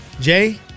Jay